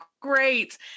great